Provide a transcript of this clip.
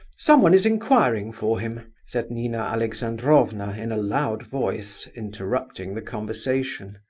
someone is inquiring for him, said nina alexandrovna in a loud voice, interrupting the conversation.